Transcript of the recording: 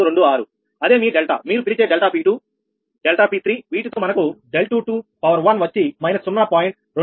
426 అదేమీ డెల్టా మీరు పిలిచే ∆𝑃2 ∆𝑃3 వీటితో మనకు ∆21వచ్చి 0